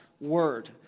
word